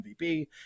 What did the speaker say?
mvp